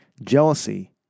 Jealousy